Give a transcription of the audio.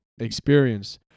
experience